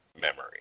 memory